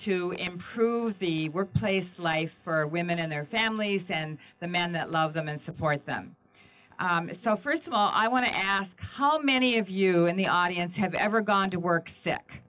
to improve the workplace life for women and their families and the men that love them and support them so first of all i want to ask how many of you in the audience have ever gone to work sick